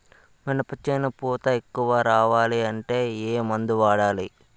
మినప చేను పూత ఎక్కువ రావాలి అంటే ఏమందు వాడాలి?